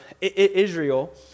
Israel